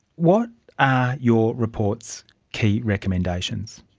what are your report's key recommendations?